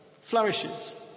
flourishes